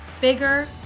bigger